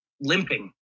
limping